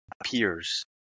appears